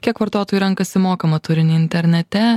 kiek vartotojų renkasi mokamą turinį internete